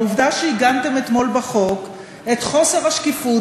העובדה שעיגנתם אתמול בחוק את חוסר השקיפות